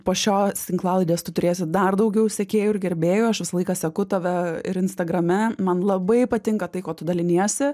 po šios tinklalaidės tu turėsi dar daugiau sekėjų ir gerbėjų aš visą laiką seku tave ir instagrame man labai patinka tai ko tu daliniesi